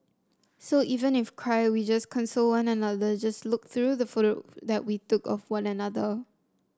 so even if cry we just console one another just look through the photo that we took with one another